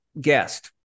guest